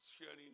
sharing